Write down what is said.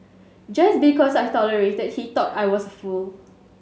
just because I tolerated he thought I was fool